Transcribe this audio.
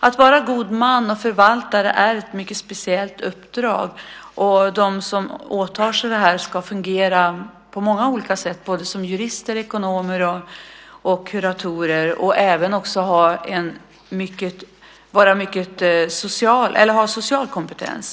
Att vara god man och förvaltare är ett mycket speciellt uppdrag. De som åtar sig detta ska fungera på många olika sätt, både som jurister, ekonomer och kuratorer. De ska dessutom ha social kompetens.